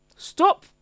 Stop